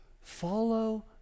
follow